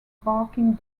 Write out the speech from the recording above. barking